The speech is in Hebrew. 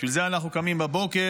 בשביל זה אנחנו קמים בבוקר,